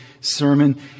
sermon